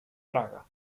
praga